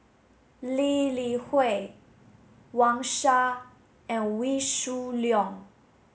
Lee Li Hui Wang Sha and Wee Shoo Leong